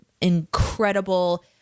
incredible